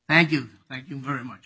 thank you thank you very much